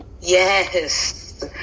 Yes